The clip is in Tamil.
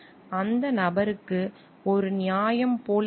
அந்த நபருக்கு ஒரு நியாயம் போல் இல்லை